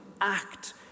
act